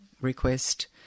request